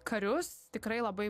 karius tikrai labai